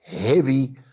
heavy